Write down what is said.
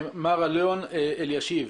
מר אלון אלישיב.